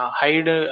hide